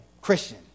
Christian